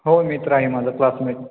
हो मित्र आहे माझा क्लासमेट